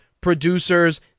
producers